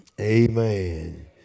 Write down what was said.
amen